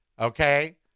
Okay